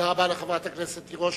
תודה רבה לחברת הכנסת תירוש.